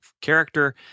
character